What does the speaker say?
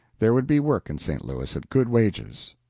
there would be work in st. louis at good wages.